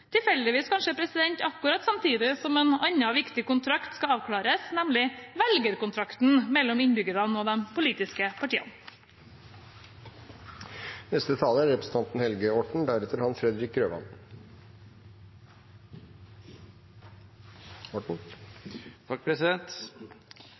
tilfeldigvis akkurat samtidig som en annen viktig kontrakt skal avklares – nemlig velgerkontrakten mellom innbyggerne og de politiske partiene.